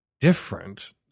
different